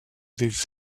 des